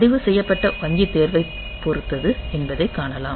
பதிவு செய்யப்பட்ட வங்கி தேர்வைப் பொறுத்தது என்பதை காணலாம்